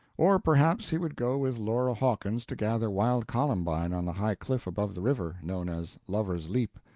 or perhaps he would go with laura hawkins to gather wild columbine on the high cliff above the river, known as lover's leap.